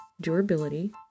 durability